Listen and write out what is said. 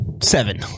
Seven